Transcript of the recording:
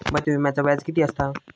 बचत विम्याचा व्याज किती असता?